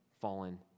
fallen